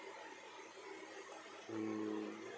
mm